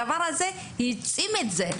הדבר הזה העצים את זה.